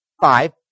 five